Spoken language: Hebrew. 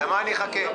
למה שאני אחכה?